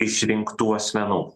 išrinktų asmenų